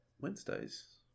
Wednesdays